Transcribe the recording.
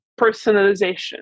personalization